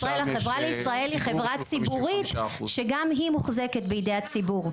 החברה לישראל היא חברה ציבורית שגם היא מוחזקת בידי הציבור.